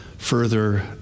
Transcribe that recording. further